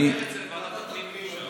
אני, לוועדת הפנים.